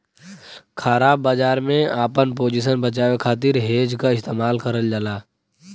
ख़राब बाजार में आपन पोजीशन बचावे खातिर हेज क इस्तेमाल करल जाला